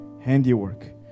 handiwork